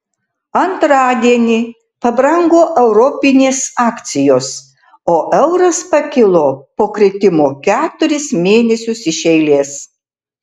antradienį pabrango europinės akcijos o euras pakilo po kritimo keturis mėnesius iš eilės